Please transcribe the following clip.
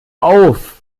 auf